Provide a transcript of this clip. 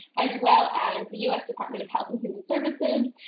as well as the u s. department of health and human services,